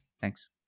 Thanks